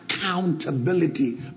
Accountability